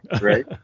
right